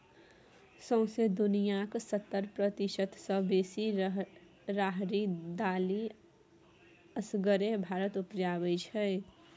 सौंसे दुनियाँक सत्तर प्रतिशत सँ बेसी राहरि दालि असगरे भारत उपजाबै छै